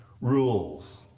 rules